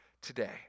today